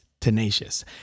tenacious